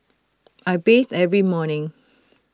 I bathe every morning